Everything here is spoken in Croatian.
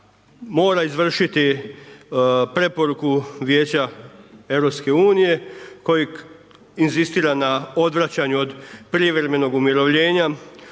mora izvršiti preporuku Vijeća EU koji inzistira na odvraćanju od privremenog umirovljenja,